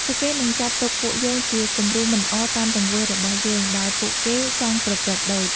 ពួកគេនឹងចាត់ទុកពួកយើងជា គំរូមិនល្អតាមទង្វើរបស់យើង ដែលពួកគេចង់ប្រព្រឹត្តដូច ។